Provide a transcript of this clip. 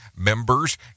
members